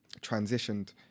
transitioned